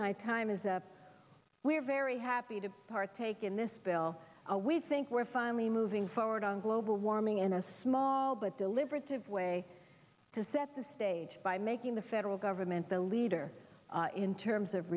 my time is up we're very happy to partake in this bill a we think we're finally moving forward on global warming in a small but deliberative way can set the stage by making the federal government the leader in terms of